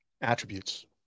attributes